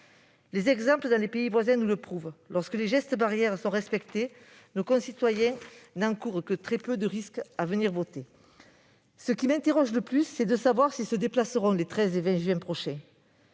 Les exemples dans les pays voisins nous le prouvent : lorsque les gestes barrières sont respectés, les électeurs n'encourent que très peu de risques à venir voter. Ce qui me préoccupe le plus est de savoir si nos concitoyens se déplaceront les 13 et 20 juin prochain.